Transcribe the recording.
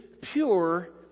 pure